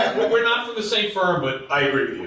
we're not from the same firm, but i agree